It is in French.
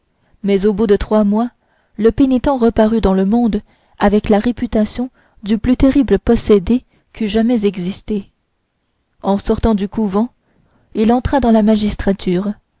mais au bout de trois mois le pénitent reparut dans le monde avec la réputation du plus terrible possédé qui eût jamais existé en sortant du couvent il entra dans la magistrature